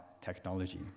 technology